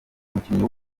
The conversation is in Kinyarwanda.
umukinnyi